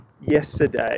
yesterday